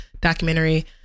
documentary